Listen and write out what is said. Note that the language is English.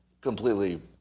completely